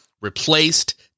replaced